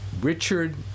Richard